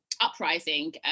uprising